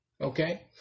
okay